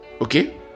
Okay